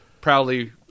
proudly